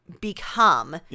become